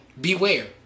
beware